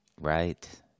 Right